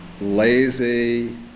lazy